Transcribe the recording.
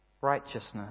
Righteousness